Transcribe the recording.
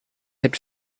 had